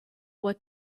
what